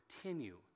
continue